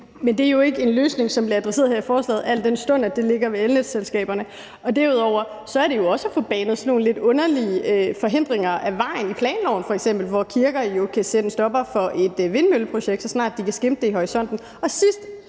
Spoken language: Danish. Men det er jo ikke en løsning, som bliver adresseret her i forslaget, al den stund at det ligger hos elselskaberne, og derudover er det også at få ryddet sådan nogle lidt underlige forhindringer af vejen i f.eks. planloven, hvor kirker jo kan sætte en stopper for et vindmølleprojekt, så snart de kan skimte det i horisonten. Og sidst,